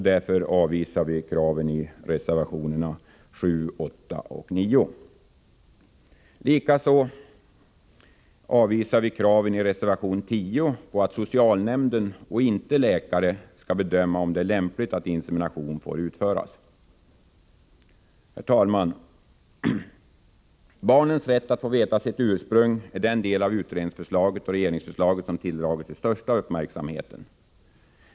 Därför avvisar vi kraven i reservationerna 7, 8 och 9. Likaså avvisar vi kraven i reservation 10 på att socialnämnden — och inte läkaren — skall bedöma om det är lämpligt att insemination får utföras. Herr talman! Barnets rätt att få veta sitt ursprung är den del av utredningsförslaget och regeringsförslaget som tilldragit sig den största uppmärksamheten.